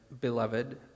beloved